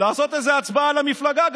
לעשות גם איזו הצבעה למפלגה.